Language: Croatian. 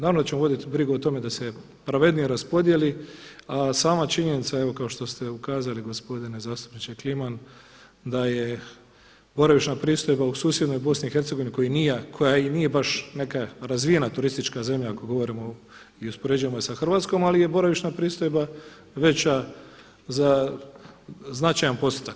Naravno da ćemo voditi brigu o tome da se pravednije raspodijeli, a sama činjenica kao što ste ukazali gospodine zastupniče Kliman da je boravišna pristojba u susjednoj BiH koja i nije baš neka razvijena turistička zemlja ako govorimo i uspoređujemo sa Hrvatskom ali je boravišna pristojba veća za značajan postotak.